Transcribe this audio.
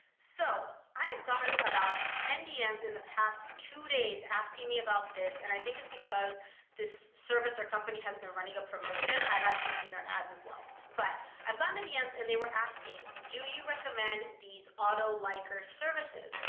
so i've gotten about ten dms in the past two days asking me about this, and i think it's because this service or company has been running a promotion. i've actually seen their ads as well, but i've gotten the dms, and they were asking, do you recommend these auto-liker services?